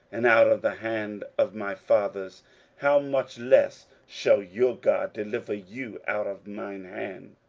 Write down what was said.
and out of the hand of my fathers how much less shall your god deliver you out of mine hand?